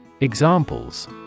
Examples